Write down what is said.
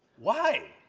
why?